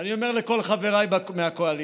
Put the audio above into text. ואני אומר לכל חבריי מהקואליציה: